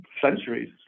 centuries